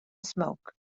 smoke